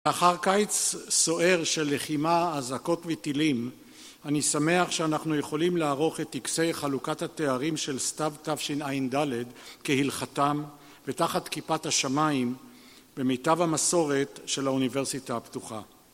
לאחר קיץ סוער של לחימה אזעקות וטילים אני שמח שאנחנו יכולים לערוך את טקסי חלוקת התארים של סתיו תשע"ד כהלכתם בתחת כיפת השמיים במיטב המסורת של האוניברסיטה הפתוחה